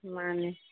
ꯃꯥꯅꯦ